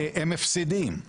הם הפסדיים.